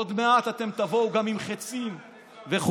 עוד מעט אתם תבואו גם עם חיצים וכו'.